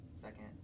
second